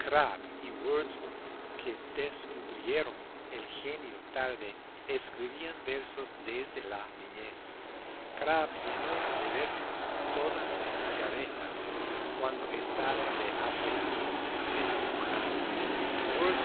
que descubrieron el genio tarde escribían versos desde la niñez crabbe llenó de versos toda una gaveta cuando estaba de aprendiz de cirujano y